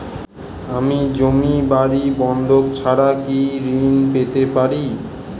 আমি জমি বাড়ি বন্ধক ছাড়া কি ঋণ পেতে পারি?